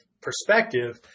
perspective